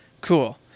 Cool